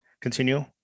continue